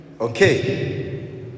Okay